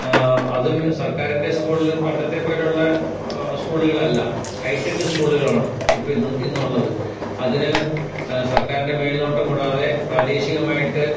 അതും സർക്കാരിൻ്റെ സ്കൂൾ പണ്ടത്തെ പോലുള്ള സ്കൂളുകളല്ല ഹൈടെക്ക് സ്കൂളുകളാണ് ഇപ്പോൾ ഇന്ന് ഇന്നുള്ളത് അതിന് സർക്കാരിൻ്റെ മേൽ നോട്ടം കൂടാതെ പ്രാദേശികമായിട്ട്